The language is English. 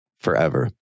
forever